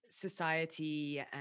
society